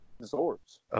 Absorbs